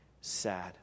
sad